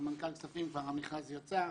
סמנכ"ל כספים, כבר המכרז יצא.